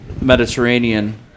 Mediterranean